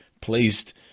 placed